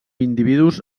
individus